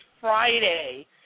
Friday